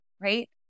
right